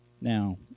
Now